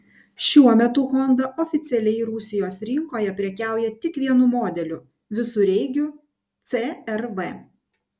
šiuo metu honda oficialiai rusijos rinkoje prekiauja tik vienu modeliu visureigiu cr v